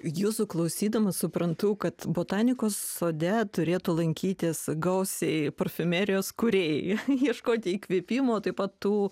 jūsų klausydama suprantu kad botanikos sode turėtų lankytis gausiai parfumerijos kūrėjai ieškoti įkvėpimo taip pat tų